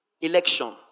Election